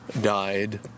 died